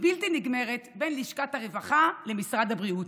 בלתי נגמרת בין לשכת הרווחה למשרד הבריאות,